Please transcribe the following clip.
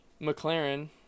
McLaren